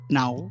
now